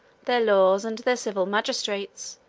their laws, and their civil magistrates,